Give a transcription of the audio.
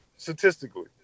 Statistically